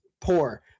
poor